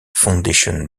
foundation